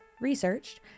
researched